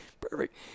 Perfect